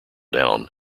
down